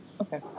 Okay